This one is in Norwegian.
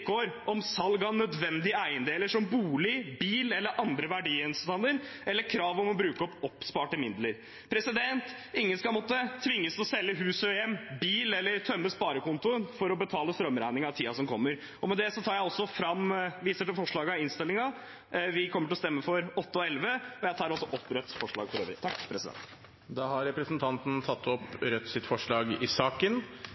om salg av nødvendige eiendeler som bolig, bil eller andre verdigjenstander, eller krav om å bruke oppsparte midler. Ingen skal tvinges til å selge hus og hjem, bil eller å tømme sparekontoen for å betale strømregningen i tiden som kommer. Med det viser jeg til forslagene i innstillingen. Vi kommer til å stemme for forslagene nr. 8 og 11, og jeg tar også opp Rødts forslag. Da har representanten Tobias Drevland Lund tatt opp Rødts forslag til saken. I høst har